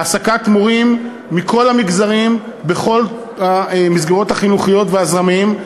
העסקת מורים מכל המגזרים בכל המסגרות החינוכיות והזרמים.